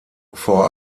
vor